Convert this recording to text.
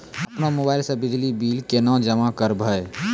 अपनो मोबाइल से बिजली बिल केना जमा करभै?